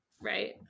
right